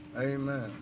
Amen